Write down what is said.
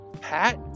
pat